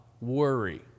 worry